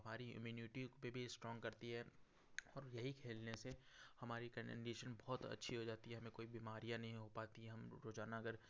हमारी पे भी स्ट्रोंग करती है और यही खेलने से हमारी कंडिशन बहुत अच्छी हो जाती है हमें कोई बीमारियाँ नहीं हो पाती है हम रोजाना अगर